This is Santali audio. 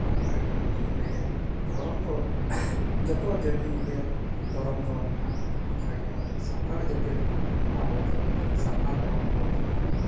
ᱚᱱᱟᱜᱮᱧ ᱞᱟᱹᱭᱟ ᱫᱷᱚᱨᱚᱢ ᱫᱚ ᱡᱚᱛᱚ ᱡᱟᱛᱤ ᱨᱮᱭᱟᱜ ᱫᱷᱚᱨᱚᱢ ᱫᱚ ᱢᱮᱱᱟᱜᱼᱟ ᱚᱱᱠᱟᱜᱮ ᱟᱵᱚ ᱥᱟᱱᱛᱟᱲ ᱡᱟᱛᱤ ᱨᱮᱦᱚᱸ ᱟᱵᱚ ᱫᱚ ᱥᱟᱨᱱᱟ ᱫᱷᱚᱨᱚᱢ ᱦᱚᱲ ᱠᱟᱱᱟ ᱵᱚᱱ